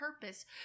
purpose